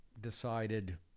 decided